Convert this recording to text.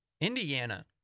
Indiana